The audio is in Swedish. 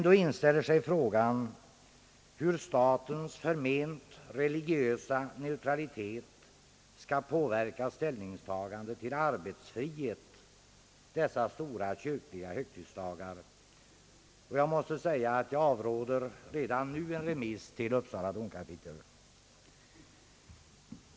Då inställer sig frågan hur statens förment religiösa neutralitet skall påverka ställningstagandet till arbetsfrihet vid dessa stora kyrkliga högtidsdagar. Jag måste framhålla att jag redan nu avråder en remiss till Uppsala domkapitel.